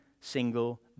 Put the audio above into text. single